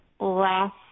last